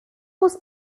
was